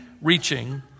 reaching